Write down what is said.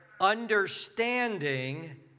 understanding